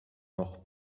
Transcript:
noch